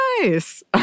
nice